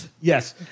Yes